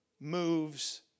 moves